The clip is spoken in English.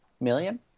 million